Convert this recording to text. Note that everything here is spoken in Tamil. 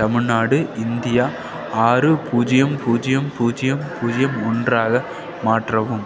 தமிழ்நாடு இந்தியா ஆறு பூஜ்யம் பூஜ்யம் பூஜ்யம் பூஜ்யம் ஒன்றாக மாற்றவும்